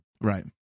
Right